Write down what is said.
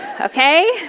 okay